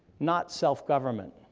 not self-government,